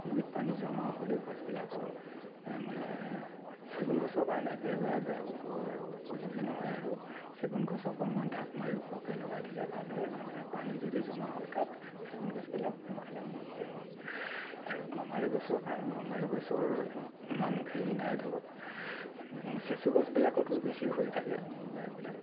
গুৰিত পানী জমা হ'লেই গছবিলাকৰ মানে চেগুন গছৰ কাৰণে একেবাৰে বেয়া উপযোগী নহয় আৰু চেগুন গছ অকণমান ঢাপ মাৰি ওখকৈ লগাই দিলে ভাল হয় নহ'লে পানী যদি জমা হয় তাত চেগুন গছবিলাক সোনকালে মৰি যায় আৰু গমাৰি গছৰ কাৰণে গমাৰি গছৰ ইমান হেৰি নাই ধৰক চেচু গছবিলাকতো বেছি সৰি থাকে এইবিলাক